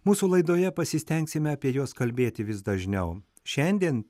mūsų laidoje pasistengsime apie juos kalbėti vis dažniau šiandien